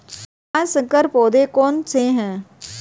पाँच संकर पौधे कौन से हैं?